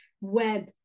web